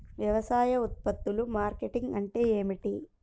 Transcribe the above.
వ్యవసాయ ఉత్పత్తుల మార్కెటింగ్ అంటే ఏమిటి?